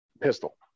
pistol